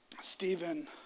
Stephen